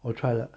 我 try 了